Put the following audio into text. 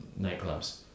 nightclubs